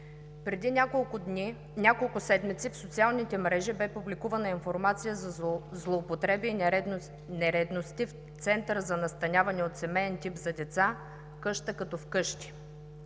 Преди няколко седмици в социалните мрежи, бе публикувана информация за злоупотреби и нередности в Центъра за настаняване от семеен тип за деца – „Къща като вкъщи“.